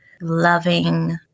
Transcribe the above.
loving